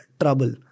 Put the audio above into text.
trouble